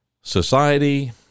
society